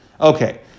Okay